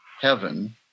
heaven